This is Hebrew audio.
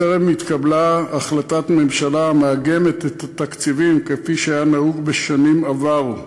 טרם התקבלה החלטת ממשלה המעגנת את התקציבים כפי שהיה נהוג בשנים עברו.